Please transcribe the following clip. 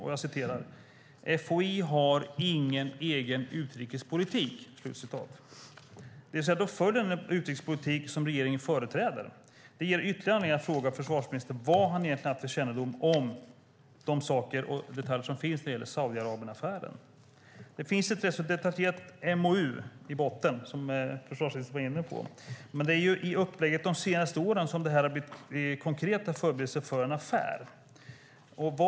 Han sade: FOI har ingen egen utrikespolitik. FOI följer alltså den utrikespolitik som regeringen företräder. Det ger ytterligare anledning att fråga försvarsministern vad han egentligen har haft för kännedom om de saker och detaljer som finns när det gäller Saudiarabienaffären. Det finns ett ganska detaljerat MoU i botten, som försvarsministern var inne på, men det är i upplägget de senaste åren som det har blivit konkreta förberedelser för en affär.